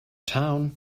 town